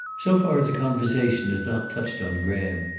so far the conversation had not touched on graham,